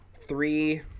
three